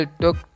took